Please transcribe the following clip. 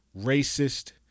racist